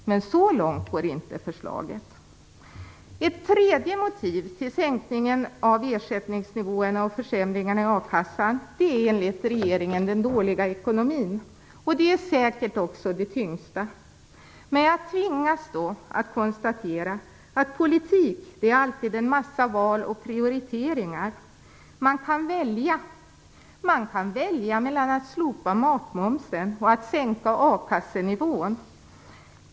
Men så långt går inte förslaget. Ett tredje motiv till sänkningen av ersättningsnivåerna och försämringarna inom a-kassan är enligt regeringen den dåliga ekonomin. Detta är säkert också det tyngst vägande skälet. Jag tvingas då konstatera att politik alltid innebär en massa val och prioriteringar. Man kan välja. Man kan välja mellan att slopa matmomsen och att sänka a-kassenivån.